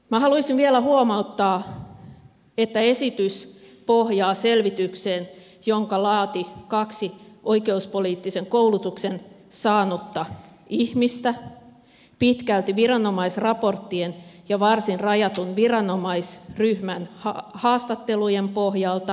minä haluaisin vielä huomauttaa että esitys pohjaa selvitykseen jonka laati kaksi oikeuspoliittisen koulutuksen saanutta ihmistä pitkälti viranomaisraporttien ja varsin rajatun viranomaisryhmän haastattelujen pohjalta